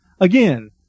again